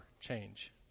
change